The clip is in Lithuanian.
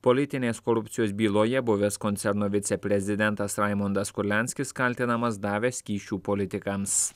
politinės korupcijos byloje buvęs koncerno viceprezidentas raimondas kurlianskis kaltinamas davęs kyšių politikams